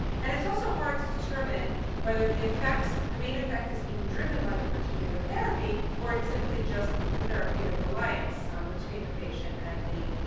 and it's also hard to determine whether the effects the main effect is being driven by the particular therapy or it's simply just the therapeutic alliance between the patient and the